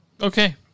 Okay